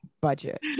budget